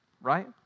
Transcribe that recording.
right